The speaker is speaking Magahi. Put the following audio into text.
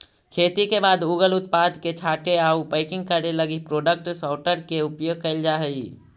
खेती के बाद उगल उत्पाद के छाँटे आउ पैकिंग करे लगी प्रोडक्ट सॉर्टर के उपयोग कैल जा हई